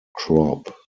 crop